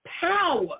power